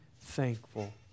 thankful